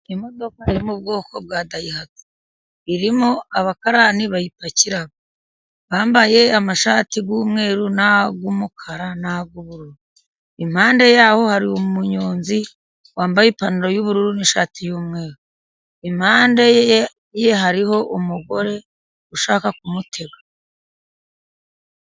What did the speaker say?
Imodoka yo mu bwoko bwa Dayihatsu, irimo abakarani bayipakira, bambaye amashati y'umweru n'ay'umukara, n'ayubururu. Impande ya ho hari umunyonzi wambaye ipantaro y'ubururu n'ishati y'umweru, impande ye hariho umugore ushaka kumutega.